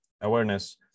awareness